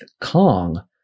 Kong